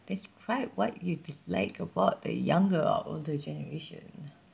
describe what you dislike about the younger or older generation